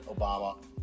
Obama